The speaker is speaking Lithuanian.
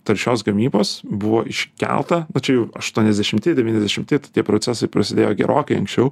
taršios gamybos buvo iškelta na čia jau aštuoniasdešimti devyniasdešimti tai tie procesai prasidėjo gerokai anksčiau